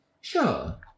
Sure